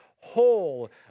whole